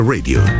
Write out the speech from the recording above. Radio